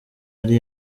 yari